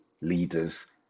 leaders